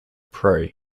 pro